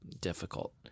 difficult